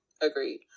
Agreed